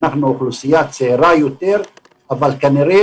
אנחנו אוכלוסייה צעירה יותר אבל כנראה